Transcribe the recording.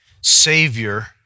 Savior